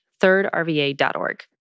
thirdrva.org